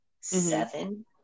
seven